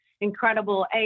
incredible